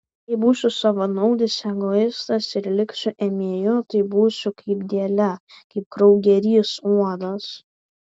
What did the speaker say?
jei būsiu savanaudis egoistas ir liksiu ėmėju tai būsiu kaip dėlė kaip kraugerys uodas